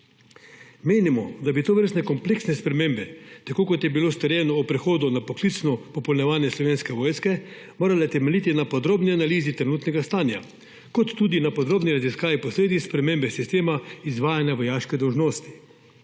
Menimo, da bi tovrstne kompleksne spremembe, tako kot je bilo storjeno ob prehodu na poklicno popolnjevanje Slovenske vojske, morale temeljiti na podrobni analizi trenutnega stanja in tudi na podrobni raziskavi posledic spremembe sistema izvajanja vojaške dolžnosti.